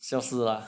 消失了